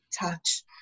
touch